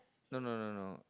no no no no